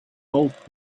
golf